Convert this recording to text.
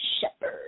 shepherd